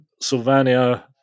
Sylvania